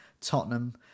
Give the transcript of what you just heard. Tottenham